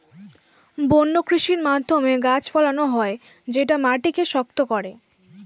বন্য কৃষির মাধ্যমে গাছ ফলানো হয় যেটা মাটিকে শক্ত করে